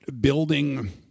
building